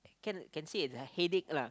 can can say it's a headache lah